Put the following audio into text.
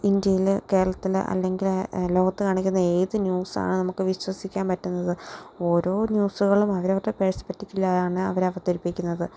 ഇന്ത്യയിലെ കേരളത്തിലെ അല്ലെങ്കിൽ ലോകത്ത് കാണിക്കുന്ന ഏത് ന്യൂസ് ആണ് നമുക്ക് വിശ്വസിക്കാൻ പറ്റുന്നത് ഓരോ ന്യൂസുകളും അവർ അവരുടെ പെർസ്പെക്ടീവിൽ ആണ് അവർ അവതരിപ്പിക്കുന്നത്